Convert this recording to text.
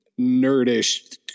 nerdish